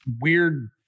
weird